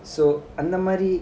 so அந்தமாதிரி:anthamathiri